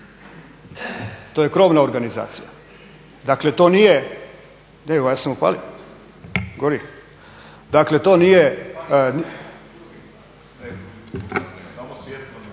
To je krovna organizacija. Dakle, to nije…